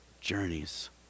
journeys